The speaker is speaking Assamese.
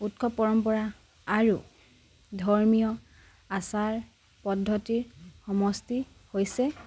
উৎসৱ পৰম্পৰা আৰু ধৰ্মীয় আচাৰ পদ্ধতিৰ সমষ্টি হৈছে